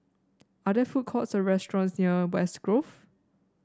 are there food courts or restaurants near West Grove